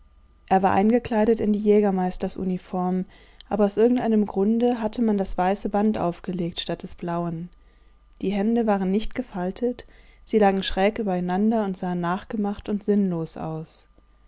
er war eingekleidet in die jägermeisters uniform aber aus irgendeinem grunde hatte man das weiße band aufgelegt statt des blauen die hände waren nicht gefaltet sie lagen schräg übereinander und sahen nachgemacht und sinnlos aus